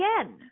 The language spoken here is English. again